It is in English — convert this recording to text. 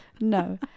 no